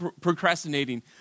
procrastinating